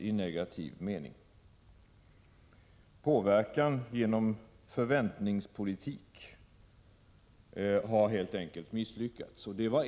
Den påverkan man ville skapa genom denna ”förväntningspolitik” har helt enkelt misslyckats.